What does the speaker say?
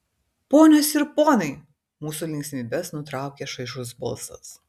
ponios ir ponai mūsų linksmybes nutraukia šaižus balsas